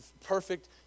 perfect